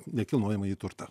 nekilnojamąjį turtą